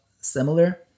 similar